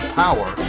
power